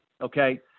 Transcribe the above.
okay